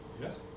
yes